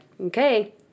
okay